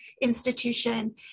institution